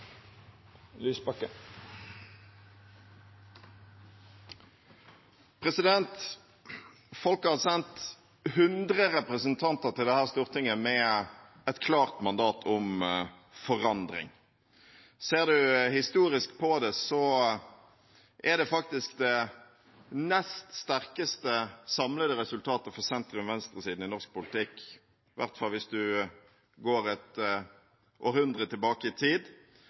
stortinget med et klart mandat om forandring. Ser man historisk på det, er det faktisk det nest sterkeste samlede resultatet for sentrum–venstre-siden i norsk politikk, i hvert fall hvis man går et århundre tilbake i tid,